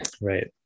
Right